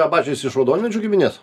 abačis iš raudonmedžio giminės